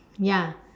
ya